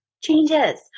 changes